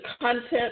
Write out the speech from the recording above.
content